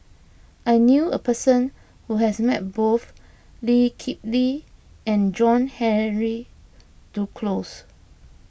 I knew a person who has met both Lee Kip Lee and John Henry Duclos